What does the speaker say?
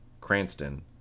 Cranston